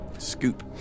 Scoop